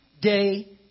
day